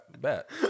bet